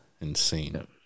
Insane